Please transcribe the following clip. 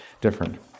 different